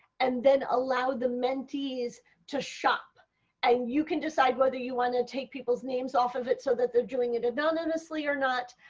and then allow the mentees to shop and you can decide if you want to take people's names off of it so that they are doing it anonymously or not.